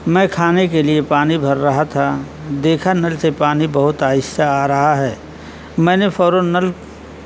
میں کھانے کے لیے پانی بھر رہا تھا دیکھا نل سے پانی بہت آہستہ آ رہا ہے میں نے فوراً نل